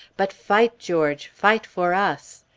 but fight, george! fight for us!